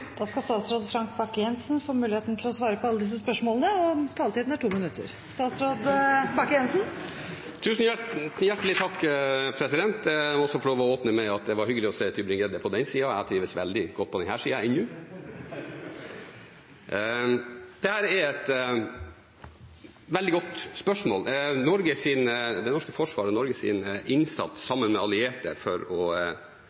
Da skal statsråd Frank Bakke-Jensen få mulighet til å svare på alle disse spørsmålene, og taletiden er 2 minutter. Jeg må få åpne med å si at det var hyggelig å se representanten Tybring-Gjedde på den siden, og jeg trives veldig godt på denne siden. Dette er et veldig godt spørsmål. Det norske forsvaret og Norges innsats